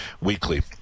weekly